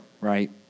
right